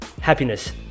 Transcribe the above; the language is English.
happiness